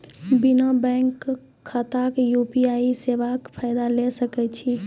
बिना बैंक खाताक यु.पी.आई सेवाक फायदा ले सकै छी?